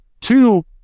two